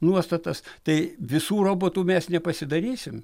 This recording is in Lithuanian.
nuostatas tai visų robotų mes nepasidarysim